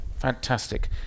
Fantastic